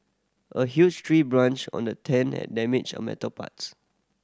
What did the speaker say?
a huge tree branch on the tent and damaged on metal parts